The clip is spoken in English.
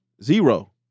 Zero